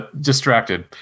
distracted